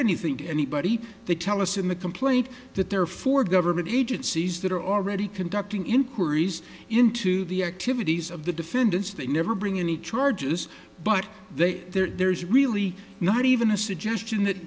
anything to anybody they tell us in the complaint that they're for government agencies that are already conducting inquiries into the activities of the defendants that never bring any charges but there's really not even a suggestion that